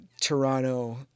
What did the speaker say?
Toronto